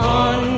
on